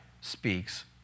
speaks